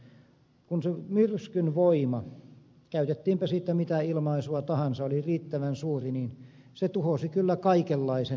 kun se myrskyn voima käytettiinpä siitä mitä ilmaisua tahansa oli riittävän suuri niin se tuhosi kyllä kaikenlaisen metsän altaan